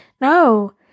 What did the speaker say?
No